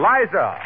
Liza